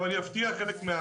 אני אולי אפתיע אבל חלק